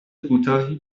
کوتاهی